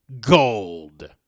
Gold